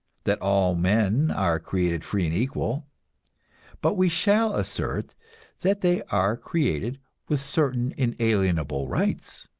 that all men are created free and equal but we shall assert that they are created with certain inalienable rights,